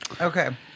okay